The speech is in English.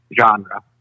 genre